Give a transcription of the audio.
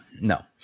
no